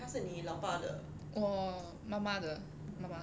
我妈妈的妈妈